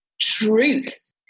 truth